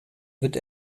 wird